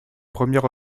première